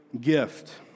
gift